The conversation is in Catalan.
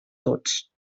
tots